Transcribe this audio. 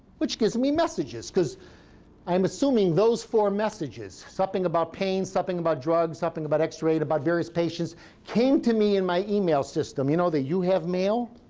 which gives me messages, because i am assuming those four messages something about pain, something about drugs, something about x-rays, about various patients came to me in my email system. system. you know the you have mail?